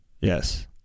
Yes